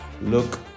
Look